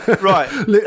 Right